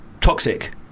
Toxic